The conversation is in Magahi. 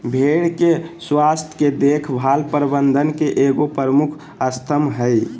भेड़ के स्वास्थ के देख भाल प्रबंधन के एगो प्रमुख स्तम्भ हइ